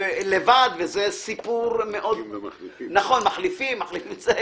וזה סיפור --- אם הם מחליפים.